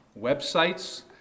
websites